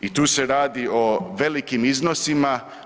I tu se radi o velikim iznosima.